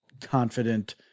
confident